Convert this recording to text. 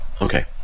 Okay